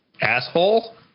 asshole